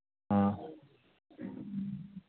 ꯑꯥ